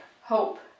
hope